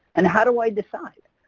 and how do i decide?